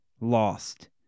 Lost